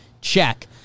check